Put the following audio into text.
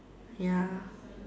ya